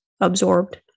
absorbed